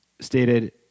stated